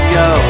go